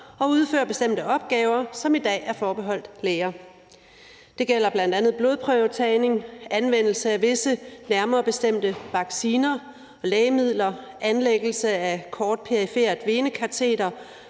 at udføre bestemte opgaver, som i dag er forbeholdt læger. Det gælder bl.a. blodprøvetagning, anvendelse af visse nærmere bestemte vacciner og lægemidler, anlæggelse af et kort perifert venekateter